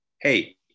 hey